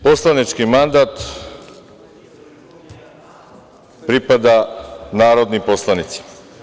Poslanički mandat pripada narodnim poslanicima.